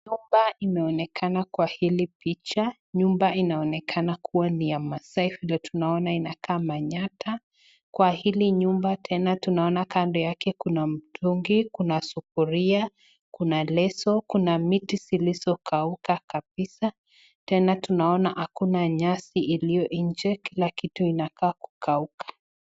Hapa inaonekana kuwa hili picha, nyumba inaonekana kuwa ni ya maasai vile tunaona inakaa manyatta. Kwa hili nyumba tena tunaona kando yake kuna mtungi kuna sufuria kuna leso kuna miti zilizokauka kabisa. Tena tunaona hakuna nyasi iliyo inje kila kitu inakaa kukauka.